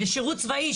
לשירות צבאי,